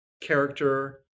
character